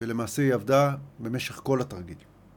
ולמעשה היא עבדה במשך כל התרגיל